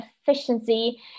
efficiency